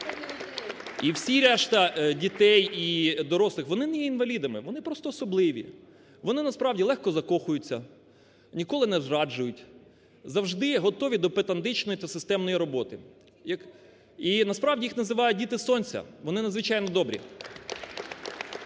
І всі решта дітей і дорослих, вони не є інвалідами, вони просто особливі. Вони насправді легко закохуються, ніколи не зраджують, завжди готові до педантичної та системної роботи. І насправді їх називають "діти сонця", вони надзвичайно добрі.